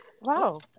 wow